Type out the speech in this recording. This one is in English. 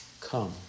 come